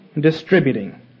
distributing